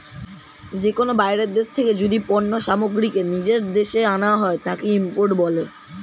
যে কোনো বাইরের দেশ থেকে যদি পণ্য সামগ্রীকে নিজের দেশে আনা হয়, তাকে ইম্পোর্ট বলে